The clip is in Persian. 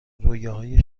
رویاهای